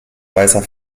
weißer